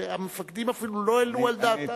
והמפקדים אפילו לא העלו על דעתם,